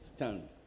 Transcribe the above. Stand